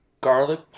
garlic